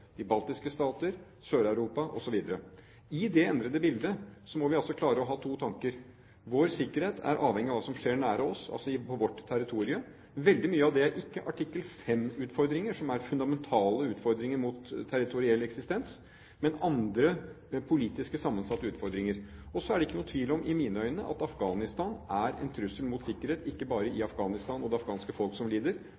de baltiske stater, Sør-Europa, osv. I det endrede bildet må vi klare å ha to tanker. Vår sikkerhet er avhengig av hva som skjer nær oss, altså på vårt territorium. Veldig mye av det er ikke Artikkel 5-utfordringer, som er fundamentale utfordringer mot territoriell eksistens, men andre politiske sammensatte utfordringer. Så er det ikke noen tvil om, i mine øyne, at Afghanistan er en trussel mot sikkerhet, ikke bare i